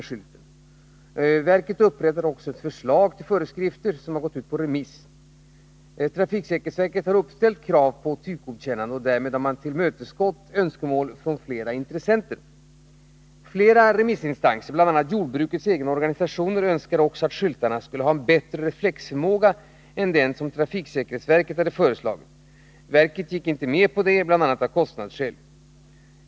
Trafiksäkerhetsverket upprättade också ett förslag till föreskrifter som remissbehandlats. Verket har uppställt krav på typgodkännande och därmed tillmötesgått ett önskemål från flera intressenter. Flera remissinstanser — bl.a. jordbrukets egna organisationer — önskade också att skyltarna skulle ha en bättre reflexförmåga än den som trafiksäkerhetsverket hade föreslagit. Verket gick inte med på detta, bl.a. av kostnadsskäl.